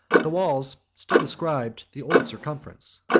the walls still described the old circumference,